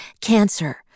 Cancer